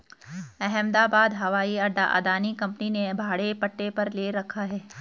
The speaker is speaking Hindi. अहमदाबाद हवाई अड्डा अदानी कंपनी ने भाड़े पट्टे पर ले रखा है